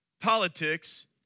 politics